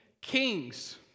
kings